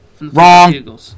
Wrong